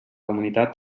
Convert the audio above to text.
comunitat